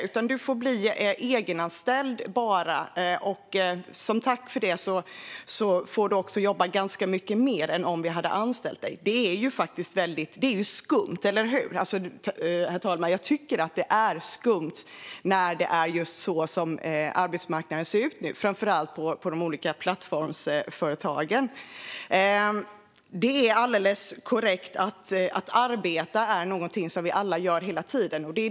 Du får bara bli egenanställd, och som tack för det får du också jobba ganska mycket mer än om vi hade anställt dig! Det är ju faktiskt skumt, eller hur? Jag tycker att det är just skumt, herr talman, när det är så arbetsmarknaden ser ut nu, framför allt på de olika plattformsföretagen. Det är alldeles korrekt: Att arbeta är någonting som vi alla gör hela tiden.